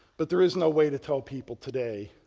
but there is no way to tell people today,